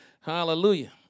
hallelujah